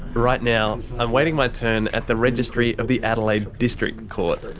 right now, i'm waiting my turn at the registry of the adelaide district court.